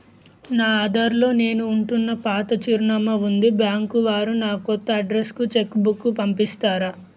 నా ఆధార్ లో నేను ఉంటున్న పాత చిరునామా వుంది బ్యాంకు వారు నా కొత్త అడ్రెస్ కు చెక్ బుక్ పంపిస్తారా?